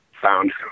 found